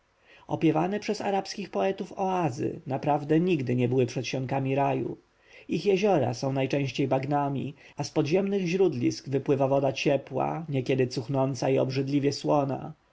opiewane przez arabskich poetów oazy naprawdę nigdy nie były przedsionkami raju ich jeziora są najczęściej bagnami z podziemnych źródlisk wypływa woda ciepła niekiedy cuchnąca i obrzydliwie słona